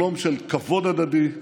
שלום של כבוד הדדי,